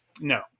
No